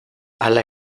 hala